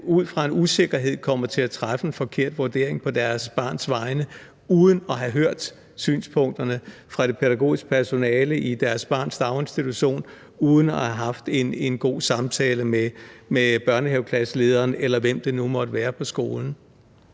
ud fra en usikkerhed kommer til at træffe en forkert vurdering på deres barns vegne, uden at have hørt synspunkterne fra det pædagogiske personale i deres barns daginstitution, uden at have haft en god samtale med børnehaveklasselederen, eller hvem det nu måtte være på skolen.